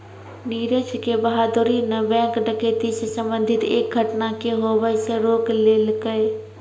नीरज के बहादूरी न बैंक डकैती से संबंधित एक घटना के होबे से रोक लेलकै